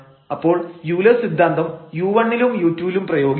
അപ്പോൾ യൂലെഴ്സ് സിദ്ധാന്തം u1 ലും u2 ലും പ്രയോഗിക്കാം